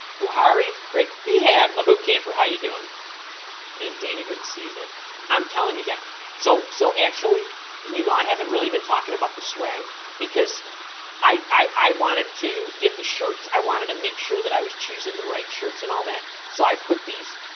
buhari great yeah i'm a boot camp or how you doing and dana good to see you did i'm telling you again so so actually you know i haven't really been talking about the swag because i wanted to get the shirts i wanted to make sure that i was choosing the right shirts and all that so i put these